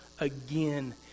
again